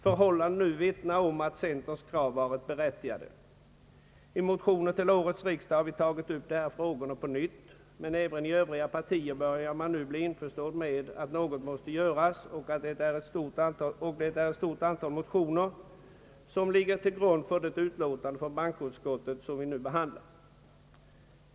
Förhållandena nu vittnar om att centerns krav varit berättigade. I motioner till årets riksdag har vi tagit upp de här frågorna på nytt. även i övriga partier börjar man dock nu bli införstådd med att något måste göras, och det är ett stort antal motioner som ligger till grund för det utlåtande från bankoutskottet som vi nu behandlar.